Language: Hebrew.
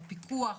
הפיקוח.